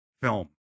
film